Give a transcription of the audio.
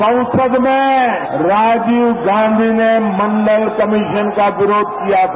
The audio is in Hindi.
संसद में राजीव गांधी ने मंडल कमीशन का विरोध किया था